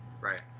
Right